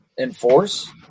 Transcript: enforce